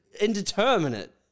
indeterminate